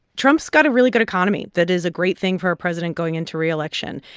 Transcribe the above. trump's got a really good economy. that is a great thing for a president going into reelection.